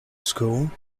score